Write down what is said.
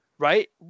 Right